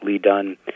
done